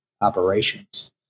operations